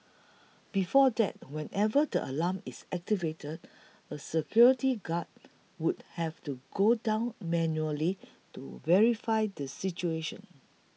before that whenever the alarm is activated a security guard would have to go down manually to verify the situation